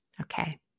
Okay